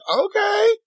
Okay